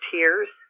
Tears